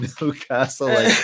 newcastle